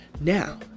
now